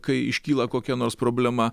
kai iškyla kokia nors problema